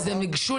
אז הם ניגשו